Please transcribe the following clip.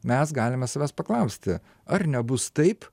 mes galime savęs paklausti ar nebus taip